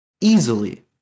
easily